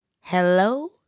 Hello